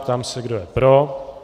Ptám se, kdo je pro.